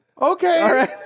Okay